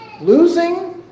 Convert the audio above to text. losing